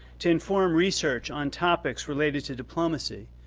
to inform research on topics related to diplomacy,